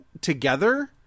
together